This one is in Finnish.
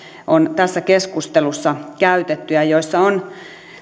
on tässä keskustelussa käytetty ja joissa on